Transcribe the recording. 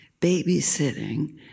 babysitting